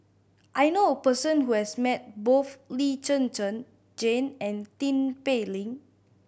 I knew a person who has met both Lee Zhen Zhen Jane and Tin Pei Ling